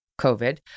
COVID